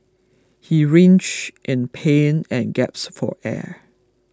he writhed in pain and gaps for air